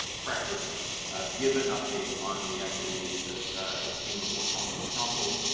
practice give an update on the activities that came before council of councils,